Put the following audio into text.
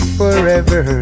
forever